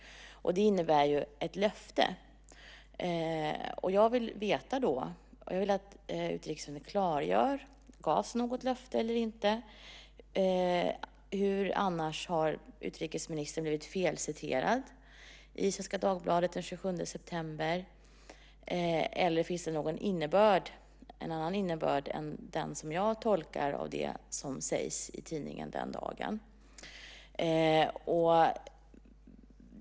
Det innebär ju ett löfte. Jag vill att utrikesministern klargör om det gavs något löfte eller inte. Eller har utrikesministern blivit felciterad i Svenska Dagbladet den 27 september? Eller finns det någon annan innebörd i detta än den som jag tolkar av det som sägs i tidningen den dagen?